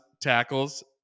tackles